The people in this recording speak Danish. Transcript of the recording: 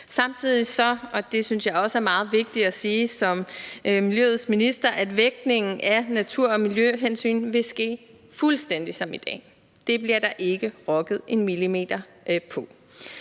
Samtidig – og det synes jeg også er meget vigtigt at sige som miljøets minister – vil vægtningen af natur- og miljøhensyn ske fuldstændig som i dag. Det bliver der ikke rokket en millimeter ved.